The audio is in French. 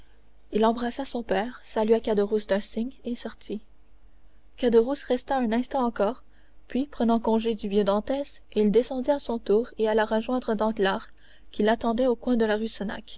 il embrassa son père salua caderousse d'un signe et sortit caderousse resta un instant encore puis prenant congé du vieux dantès il descendit à son tour et alla rejoindre danglars qui l'attendait au coin de la rue